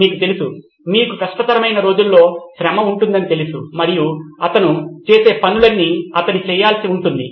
మీకు తెలుసు మీకు కష్టతరమైన రోజులలో శ్రమ ఉంటుందని తెలుసు మరియు అతను చేసే పనులన్నీ అతను చేయాల్సి ఉంటుంది